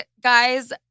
guys